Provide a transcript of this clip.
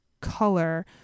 color